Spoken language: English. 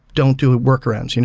don't do workarounds. you know